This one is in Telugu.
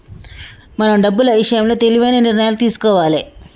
మనం డబ్బులు ఇషయంలో తెలివైన నిర్ణయాలను తీసుకోవాలే